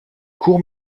court